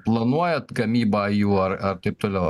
planuojant gamybą jų ar taip toliau